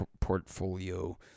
portfolio